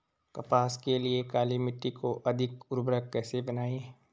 कपास के लिए काली मिट्टी को अधिक उर्वरक कैसे बनायें?